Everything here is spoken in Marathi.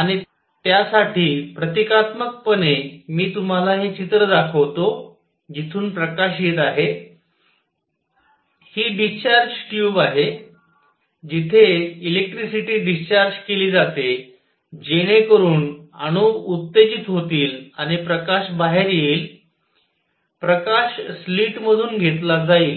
आणि त्यासाठी प्रतीकात्मकपणे मी तुम्हाला हे चित्र दाखवतो जिथून प्रकाश येत आहे ही डिस्चार्ज ट्यूब आहे जिथे इलेकट्रीसिटी डिस्चार्ज केली जाते जेणेकरून अणू उत्तेजित होतील आणि प्रकाश बाहेर येईल प्रकाश स्लिटमधून घेतला जाईल